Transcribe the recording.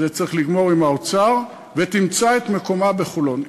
וזה צריך לגמור עם האוצר ותמצא את מקומה בחולון.